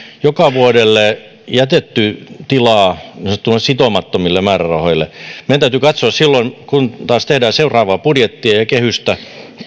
joka vuodelle jätetty tilaa niin sanotuille sitomattomille määrärahoille meidän täytyy katsoa silloin kun taas tehdään seuraavaa budjettia ja kehystä